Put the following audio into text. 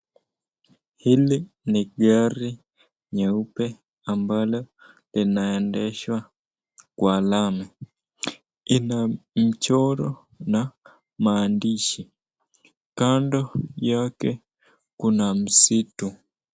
Hili ni gari nyeupe ambalo linaendeshwa kwa lami, ina mchoro na maandishi. Kando yake kuna msitu.